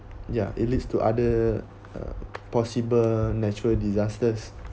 ya it leads to other uh possible natural disasters